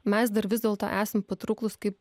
mes dar vis dėlto esam patrauklūs kaip